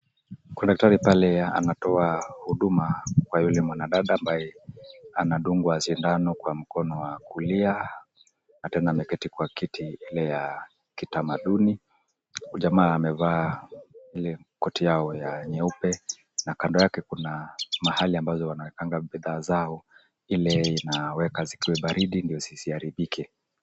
kuna daktari pale anatoa huduma kwa yule mwanadada ambaye anadungwa sindano kwa mkono wa kulia na tena ameketi kwa kiti ile yaakitamaduni, uyu jamaa amevaa ile koti yao ya nyeupe na kando yake kuna mahali ambayo wanaekanga bidhaa zao ile inaweka zikue baridi ndio zisiaribike.